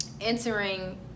entering